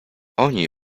oni